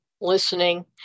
listening